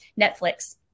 netflix